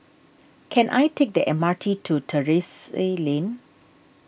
can I take the M R T to Terrasse Lane